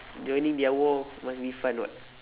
joining their war must be fun [what]